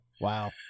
Wow